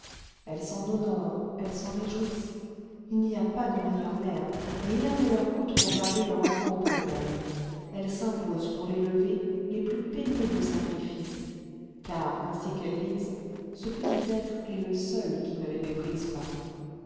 elles s'en honorent elles s'en réjouissent il n'y a pas de meilleures mères rien ne leur coûte pour garder leur enfant auprès d'elles elles s'imposent pour l'élever les plus pénibles sacrifices car ainsi qu'elles disent ce petit être est le seul qui ne les méprise pas